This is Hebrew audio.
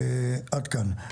עד כאן.